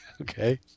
Okay